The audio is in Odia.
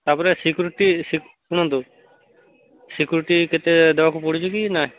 ତାପରେ ସିକ୍ୟୁରିଟି ଶୁଣନ୍ତୁ ସିକ୍ୟୁରିଟି କେତେ ଦେବାକୁ ପଡୁଛି କି ନା